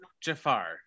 Jafar